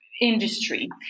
industry